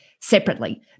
separately